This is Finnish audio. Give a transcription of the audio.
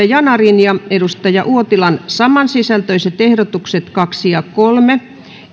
yanarin ja kari uotilan samansisältöiset ehdotukset kaksi ja kolme